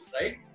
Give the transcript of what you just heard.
right